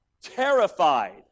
Terrified